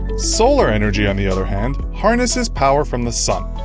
solar energy, on the other hand, harnesses power from the sun.